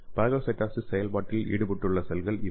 phagocytosis செயல்பாட்டில் ஈடுபட்டுள்ள செல்கள் இவை